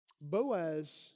Boaz